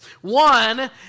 One